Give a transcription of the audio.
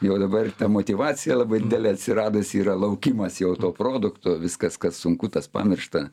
jau dabar ta motyvacija labai didelė atsiradus yra laukimas jau to produkto viskas kas sunku tas pamiršta